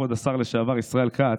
כבוד השר לשעבר ישראל כץ: